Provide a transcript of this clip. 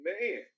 Man